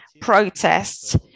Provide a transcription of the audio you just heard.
protests